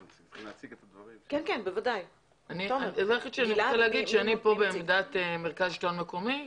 הדבר היחיד שאני רוצה להגיד שאני פה בעמדת מרכז השלטון המקומי.